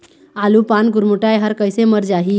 आलू पान गुरमुटाए हर कइसे मर जाही?